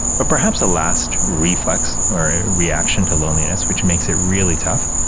but perhaps the last reflex reaction to loneliness, which makes it really tough,